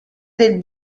del